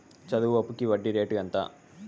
చదువు అప్పుకి వడ్డీ రేటు ఎంత?